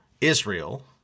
Israel